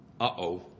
Uh-oh